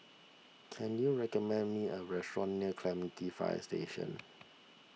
can you recommend me a restaurant near Clementi Fire Station